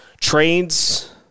trades